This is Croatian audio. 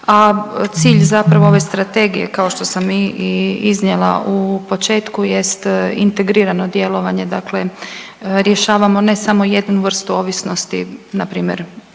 a cilj zapravo ove strategije kao što sam i iznijela u početku jest integrirano djelovanje, dakle rješavamo ne samo jednu vrstu ovisnosti npr.